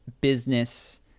business